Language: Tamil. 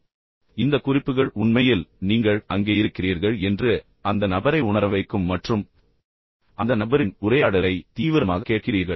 எனவே இந்த குறிப்புகள் உண்மையில் நீங்கள் அங்கே இருக்கிறீர்கள் என்று அந்த நபரை உணர வைக்கும் மற்றும் பின்னர் நீங்கள் அந்த நபரின் உரையாடலை மிகவும் தீவிரமாக கேட்கிறீர்கள்